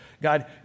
God